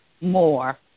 more